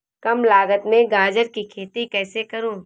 कम लागत में गाजर की खेती कैसे करूँ?